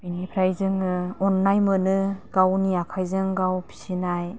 बिनिफ्राय जोङो अन्नाय मोनो गावनि आखाइजों गाव फिसिनाय